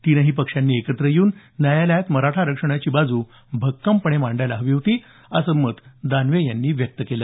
तिन्ही पक्षांनी एकत्र येऊन न्यायालयात मराठा आरक्षणाची बाजू भक्कमपणे मांडायला हवी होती असं मत दानवे यांनी व्यक्त केलं